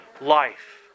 life